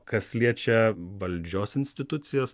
kas liečia valdžios institucijas